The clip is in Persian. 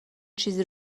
چیزی